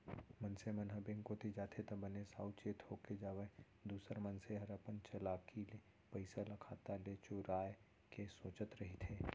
मनसे मन ह बेंक कोती जाथे त बने साउ चेत होके जावय दूसर मनसे हर अपन चलाकी ले पइसा ल खाता ले चुराय के सोचत रहिथे